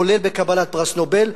כולל בקבלת פרס נובל,